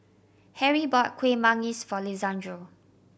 Harrie bought Kuih Manggis for Lisandro